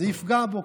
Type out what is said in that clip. זה יפגע בו,